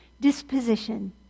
disposition